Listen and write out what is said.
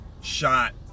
shot